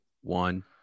one